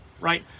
right